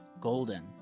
Golden